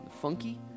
funky